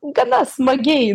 gana smagiai